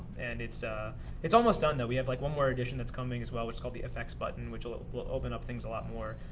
and it's ah it's almost done, though. we have like, one more edition that's coming as well, which is called the fx button, which will will open up things a lot more.